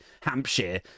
Hampshire